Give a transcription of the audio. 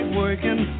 working